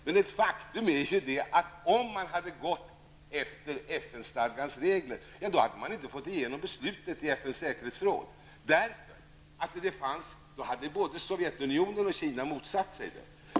Men faktum är ju att om man hade gått efter FN-stadgans regler, hade man inte fått igenom beslutet i FNs säkerhetsråd, därför att då hade både Sovjetunionen och Kina motsatt sig det.